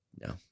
No